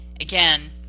again